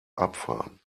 abfahren